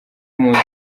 mpunzi